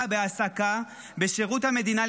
לחיילי המילואים בהעסקה בשירות המדינה.